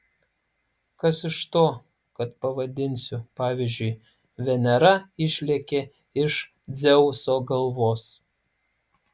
kas iš to kad pavadinsiu pavyzdžiui venera išlėkė iš dzeuso galvos